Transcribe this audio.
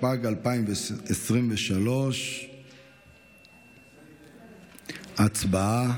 התשפ"ג 2023. הצבעה.